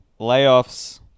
layoffs